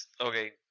Okay